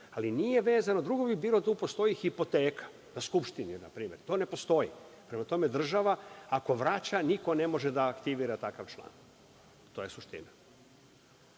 da će vratiti dug. Drugo bi bilo da tu postoji hipoteka na Skupštini npr. To ne postoji. Prema tome, država ako vraća, niko ne može da aktivira takav član. To je suština. Samo